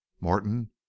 Morton